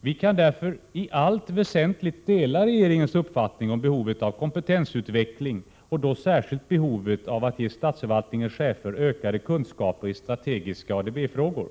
Vi kan därför i allt väsentligt dela regeringens uppfattning om behovet av kompetensutveckling och då särskilt behovet av att ge statsförvaltningens chefer ökade kunskaper i strategiska ADB-frågor.